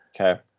Okay